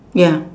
ya